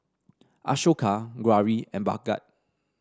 Ashoka Gauri and Bhagat